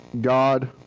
God